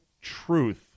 truth